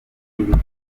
bikorwa